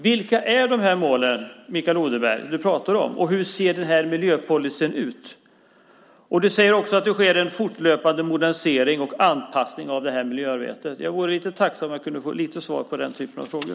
Vilka är de mål som du, Mikael Odenberg, pratar om, och hur ser miljöpolicyn ut? Du säger också att det sker en "fortlöpande modernisering och anpassning av miljöarbetet". Jag vore tacksam om jag kunde få ett litet svar på den typen av frågor.